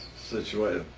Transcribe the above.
situation,